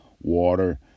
water